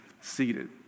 seated